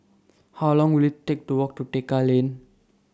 How Long Will IT Take to Walk to Tekka Lane